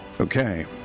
Okay